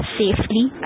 safely